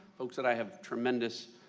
folks that i have tremendous